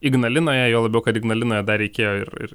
ignalinoje juo labiau kad ignalinoje dar reikėjo ir ir